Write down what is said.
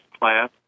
class